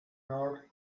north